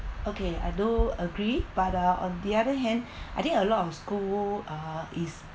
okay I do agree but uh on the other hand I think a lot of school uh is